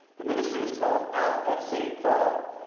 the ministry is called out at st. paul.